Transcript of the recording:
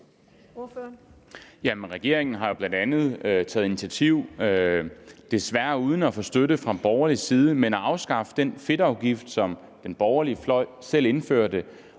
regeringen har bl.a. – desværre uden at få støtte fra borgerlig side – taget initiativ til at afskaffe den fedtafgift, som den borgerlige fløj selv indførte,